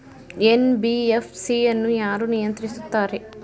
NBFC ಅನ್ನು ಯಾರು ನಿಯಂತ್ರಿಸುತ್ತಾರೆ?